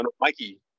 Mikey